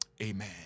Amen